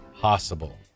possible